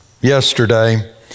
yesterday